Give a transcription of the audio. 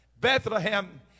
Bethlehem